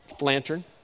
lantern